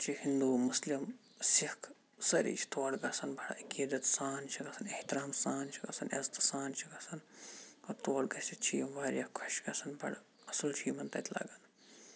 تور چھِ ہِنٛدوٗ مُسلِم سِکھ سٲری چھِ تور گَژھان بڑٕ عقیٖدَت سان چھِ گَژھان احترام سان چھِ گَژھان عٮ۪زتہٕ سان چھِ گَژھان تور گٔژھِتھ چھِ یِم واریاہ خۄش گَژھان بَڑٕ اَصِل چھُ تَتہِ یِمَن لَگَان